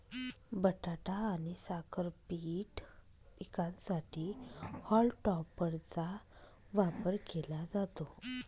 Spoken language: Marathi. बटाटा आणि साखर बीट पिकांसाठी हॉल टॉपरचा वापर केला जातो